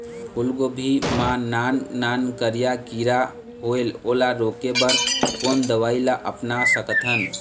फूलगोभी मा नान नान करिया किरा होयेल ओला रोके बर कोन दवई ला अपना सकथन?